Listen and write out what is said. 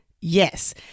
Yes